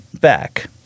back